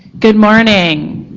good morning.